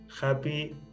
happy